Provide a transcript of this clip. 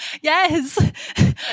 yes